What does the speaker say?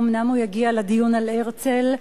אומנם הוא יגיע לדיון על הרצל,